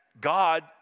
God